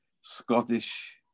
Scottish